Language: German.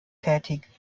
tätig